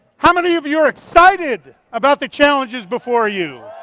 how many of you are excited about the challenges before you?